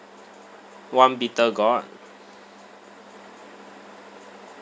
one bitter gourd